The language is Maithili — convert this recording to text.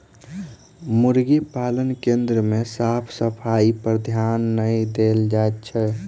मुर्गी पालन केन्द्र मे साफ सफाइपर ध्यान नै देल जाइत छै